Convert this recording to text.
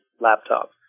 laptop